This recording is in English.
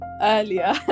earlier